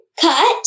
cut